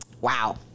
Wow